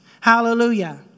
Hallelujah